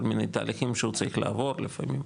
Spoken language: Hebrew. מיני תהליכים שהוא צריך לעבור לפעמים,